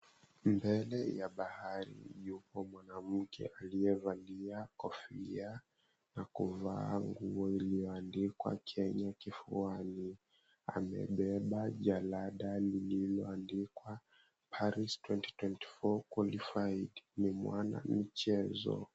Mbele ya bahari yupo mwanamke aliecakia kofia na kuvaa nguo iliyoandikwa Kenya kifuani na kubeba jalada lililoandikwa" PARIS 2024 QUALIFIED" ni mwana michezo.